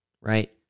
right